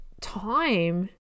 time